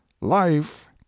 Life